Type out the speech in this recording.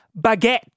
baguette